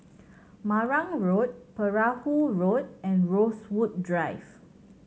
Marang Road Perahu Road and Rosewood Drive